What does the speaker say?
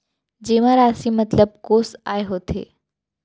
जेमा राशि मतलब कोस आय होथे?